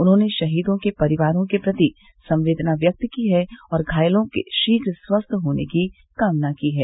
उन्होंने शहीदों के परिवारों के प्रति संवेदना व्यक्त की है और घायलों के शीघ्र स्वस्थ होने की कामना की है